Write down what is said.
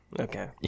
Okay